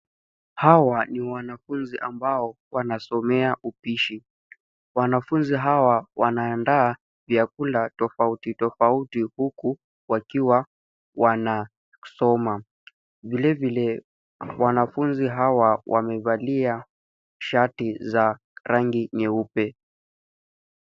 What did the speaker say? Hawa ni wanafunzi ambao wanasomea upishi. Wanafunzi hawa wanaandaa vyakula tofauti tofauti huku wakiwa wanasoma. Vilevile wanafunzi hawa wamevalia shati za rangi nyeupe.